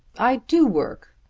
i do work.